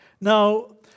Now